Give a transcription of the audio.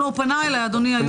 הוא פנה אליי, אדוני היושב-ראש.